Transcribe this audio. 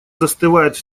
застывает